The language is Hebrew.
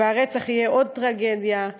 והרצח יהיה עוד טרגדיה,